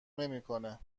نمیکنه